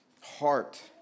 heart